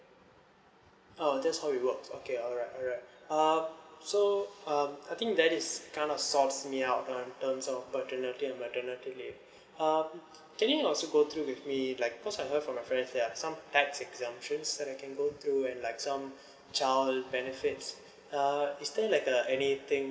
oh that's how it works okay alright alright uh so um I think that is kind of sorts out um in terms of paternity and maternity leave um can you also go through with me like cause I heard from my friends there are some tax exemptions that I can go through and like some child benefits uh is there like uh anything